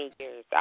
years